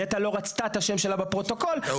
נת"ע לא רצתה את השם שלה בפרוטוקול --- טעות.